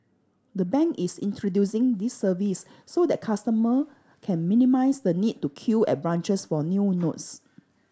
the bank is introducing this service so that customer can minimise the need to queue at branches for new notes